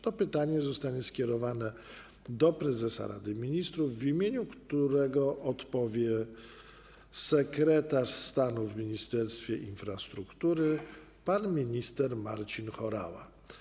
To pytanie zostanie skierowane do prezesa Rady Ministrów, w imieniu którego odpowie sekretarz stanu w Ministerstwie Infrastruktury pan minister Marcin Horała.